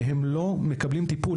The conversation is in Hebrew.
והם לא מקבלים טיפול,